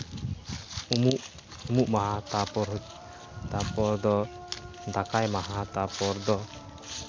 ᱩᱢᱩᱜ ᱩᱢᱩᱜ ᱢᱟᱦᱟ ᱛᱟᱨᱯᱚᱨ ᱛᱟᱨᱯᱚᱨ ᱫᱚ ᱫᱟᱠᱟᱭ ᱢᱟᱦᱟ ᱛᱟᱨᱯᱚᱨ ᱫᱚ